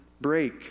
break